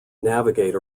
navigate